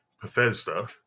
Bethesda